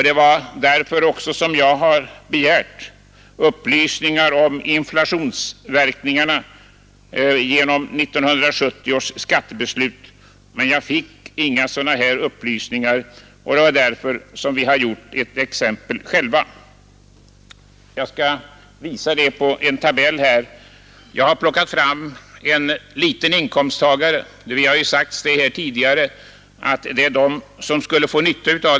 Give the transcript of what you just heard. Det var därför jag begärde upplysningar om inflationsverkningarna genom 1970 års skattebeslut, men jag fick inga sådana upplysningar, och vi utarbetade då ett eget exempel. Det framgår av den tabell som jag nu visar på TV-skärmen. Vi har tagit en liten inkomsttagare — en inkomsttagare med familj som tjänar 25 000 kronor.